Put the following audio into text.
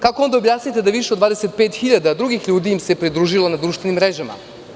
Kako onda objasniti da se više od 25.000 drugih ljudi pridružilo na društvenim mrežama?